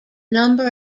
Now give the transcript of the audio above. number